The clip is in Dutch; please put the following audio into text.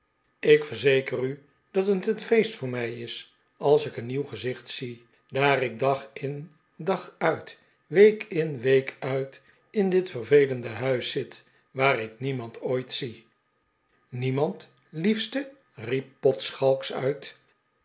ik verzeker u dat het een feest voor mij is als ik een nieuw gezicht zie daar ik dag in dag uit week in week uit in dit vervelende huis zit waar ik niemand ooit zie niemand liefste riep pott schalks uit